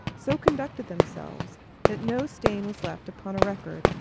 so conducted themselves that no stain was left upon a record,